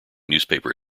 newspaper